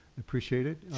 appreciate it.